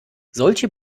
solche